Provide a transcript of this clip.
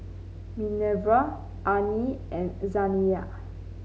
Minerva Arnie and Zaniyah